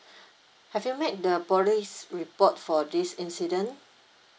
have you make the police report for this incident